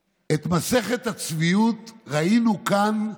את מסכת הצביעות ראינו כאן,